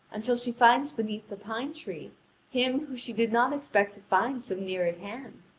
until she finds beneath the pine-tree him whom she did not expect to find so near at hand.